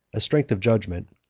strength of judgment,